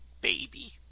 baby